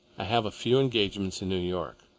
i have few engagements in new york.